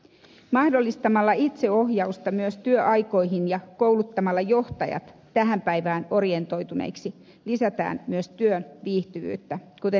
mahdollistamalla myös työaikojen itseohjausta ja kouluttamalla johtajat tähän päivään orientoituneiksi lisätään myös työn viihtyvyyttä kuten ed